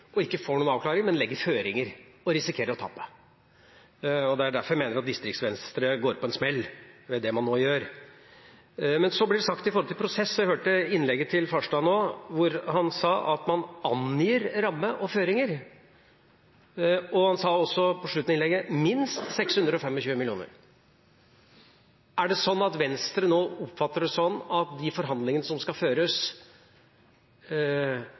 å gå sammen med resten av opposisjonen, men fant det beløpet som ble diskutert, for høyt. Jeg undrer meg over Venstre, som nå setter disse tingene i spill og ikke får noen avklaring, men legger føringer – og risikerer å tape. Det er derfor jeg mener at Distrikts-Venstre går på en smell med det man nå gjør. Men så er det snakk om prosess. Jeg hørte innlegget til Farstad nå, hvor han sa at man angir ramme og føringer. På slutten av innlegget snakket han også om minst